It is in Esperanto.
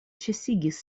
ĉesigis